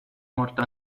molto